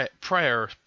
prayer